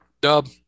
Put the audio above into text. Dub